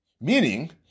Meaning